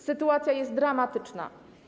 Sytuacja jest dramatyczna.